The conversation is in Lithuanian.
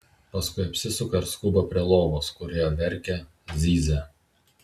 paskui apsisuka ir skuba prie lovos kurioje verkia zyzia